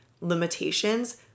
limitations